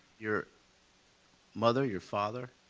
your mother, your father,